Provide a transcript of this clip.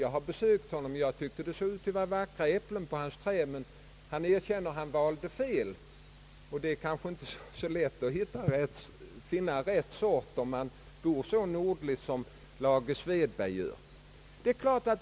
Jag har besökt honom och tyckte att det var vackra äpplen på hans träd, men han förklarade att han hade valt fel sorter — och det är kanske inte så lätt att finna rätt sort om man bor så nordligt som Lage Svedberg gör!